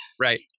Right